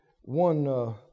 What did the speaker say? one